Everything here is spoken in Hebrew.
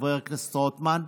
חבר הכנסת רוטמן,